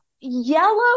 yellow